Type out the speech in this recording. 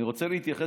אני רוצה להתייחס,